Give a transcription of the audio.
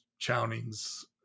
Chowning's